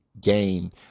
gain